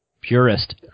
Purist